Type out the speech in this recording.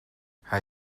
hij